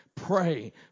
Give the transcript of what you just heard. Pray